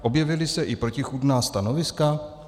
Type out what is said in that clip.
Objevila se i protichůdná stanoviska?